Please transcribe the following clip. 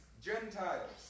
Gentiles